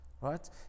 right